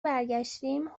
برگشتیم